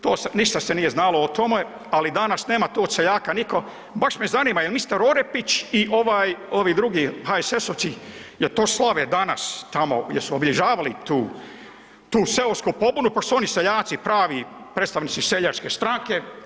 To se, ništa se nije znalo o tome, ali danas nema tu od seljaka niko, baš me zanima jel mister Orepić i ovaj ovi drugi HSS-ovci jel to slave danas tamo, jesu obilježavali tu seosku pobunu pošto su oni seljaci pravi, predstavnici seljačke stranke.